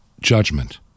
judgment